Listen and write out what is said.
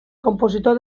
compositor